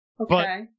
Okay